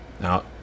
Now